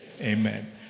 Amen